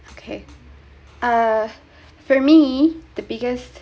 okay uh for me the biggest